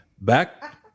Back